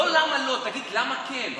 לא למה לא, תגיד למה כן.